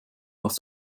was